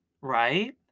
Right